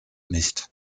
nicht